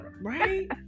Right